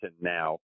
now